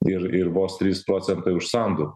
ir ir vos trys procentai už sandu